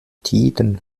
tiden